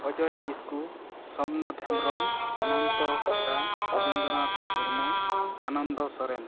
Ajoy Kisku Somnath Hembrom Ananta Hansda Rabindranath Murmu Ananda Soren